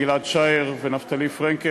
גיל-עד שער ונפתלי פרנקל,